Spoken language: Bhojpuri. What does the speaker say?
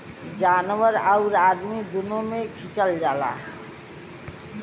जानवर आउर अदमी दुनो से खिचल जाला